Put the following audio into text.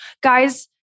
guys